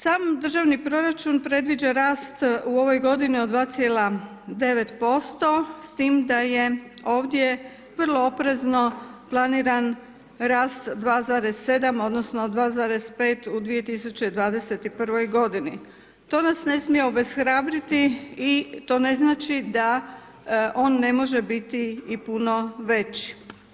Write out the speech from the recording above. Sam državni proračun predviđa rast u ovoj g. od 2,9% s tim da je ovdje vrlo oprezno planiran rast 2,7, odnosno, 2,5 u 2021. g. To nas ne smije obeshrabriti i to ne znači, da on ne može biti i puno veći.